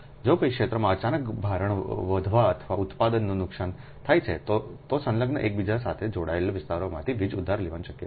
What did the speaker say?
જો કોઈક્ષેત્રમાંઅચાનકભારણ વધવા અથવા ઉત્પાદનનું નુકસાન થાય છે તો સંલગ્ન એકબીજા સાથે જોડાયેલા વિસ્તારોમાંથી વીજ ઉધાર લેવાનું શક્ય છે